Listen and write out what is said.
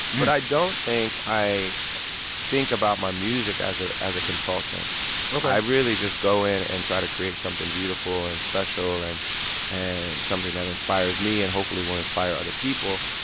but i don't think i think about my music as ah as a consultant ok i really just go in and try to create something beautiful and and special and and something that inspires me and hopefully will inspire other people.